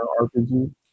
RPG